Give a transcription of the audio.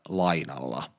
lainalla